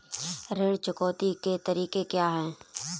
ऋण चुकौती के तरीके क्या हैं?